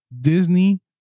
Disney